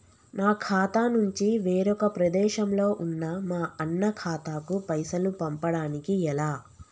నా ఖాతా నుంచి వేరొక ప్రదేశంలో ఉన్న మా అన్న ఖాతాకు పైసలు పంపడానికి ఎలా?